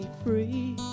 free